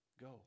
Go